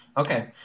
Okay